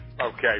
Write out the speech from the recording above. okay